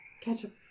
Ketchup